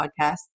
podcast